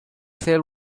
sailed